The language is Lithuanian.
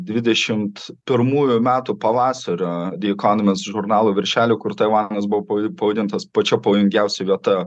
dvidešimt pirmųjų metų pavasario di ekonomist žurnalų viršelių kur taivanas buvo pav pavadintas pačia pavojingiausia vieta